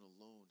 alone